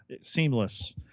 seamless